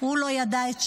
"הוא לא ידע את שמה",